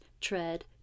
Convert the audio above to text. tread